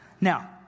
Now